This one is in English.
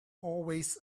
always